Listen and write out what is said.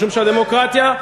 משום שהדמוקרטיה,